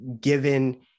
given